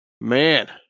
Man